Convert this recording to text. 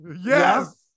Yes